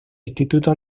instituto